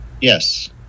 Yes